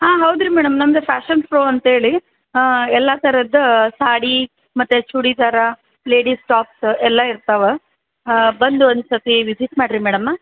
ಹಾಂ ಹೌದು ರೀ ಮೇಡಮ್ ನಮ್ದ ಫ್ಯಾಷನ್ ಪ್ರೊ ಅಂತ್ಹೇಳಿ ಎಲ್ಲ ಥರದ್ದು ಸಾಡಿ ಮತ್ತು ಚೂಡಿದಾರ ಲೇಡಿಸ್ ಟಾಪ್ಸ್ ಎಲ್ಲ ಇರ್ತವ ಬಂದು ಒಂದು ಸತಿ ವಿಸಿಟ್ ಮಾಡ್ರಿ ಮೇಡಮ್